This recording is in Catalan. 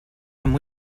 amb